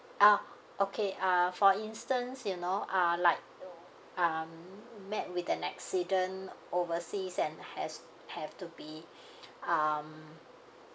ah okay uh for instance you know uh like um met with an accident overseas and has have to be um